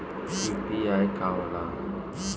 UPI का होला?